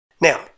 Now